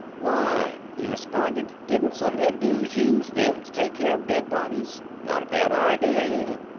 why? he responded. didn't some hindus use them to take care of dead bodies? not a bad idea, either.